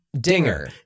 Dinger